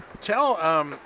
Tell